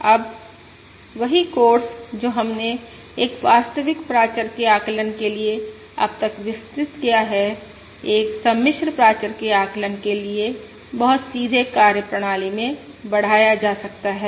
अब वही कोर्स जो हमने एक वास्तविक प्राचर के आकलन के लिए अब तक विकसित किया है एक सम्मिश्र प्राचर के आकलन के लिए बहुत सीधे कार्य प्रणाली में बढ़ाया जा सकता है